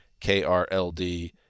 KRLD